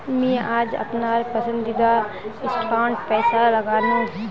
मी आज अपनार पसंदीदा स्टॉकत पैसा लगानु